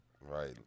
Right